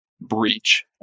breach